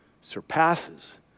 surpasses